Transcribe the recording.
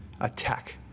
attack